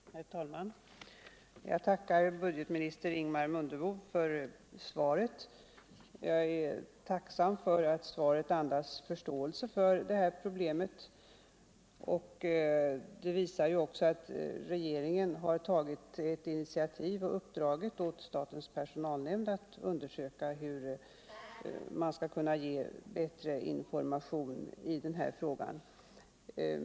Herr talman! Jag tackar budgetminister Ingemar Mundebo för svaret. Jag är tacksam för att svaret andas förståelse för detta problem. Regeringen har också visat förståelse när den tagit ett initiativ och uppdragit åt statens personalnämnd att undersöka hur man skall kunna ge bättre information i den här frågan.